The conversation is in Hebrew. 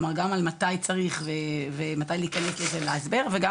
כלומר גם על מתי צריך ומתי להיכנס לזה להסבר וגם